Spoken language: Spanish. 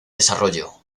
desarrollo